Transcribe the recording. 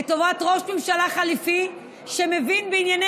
לטובת ראש ממשלה חליפי שמבין בענייני